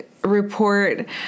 report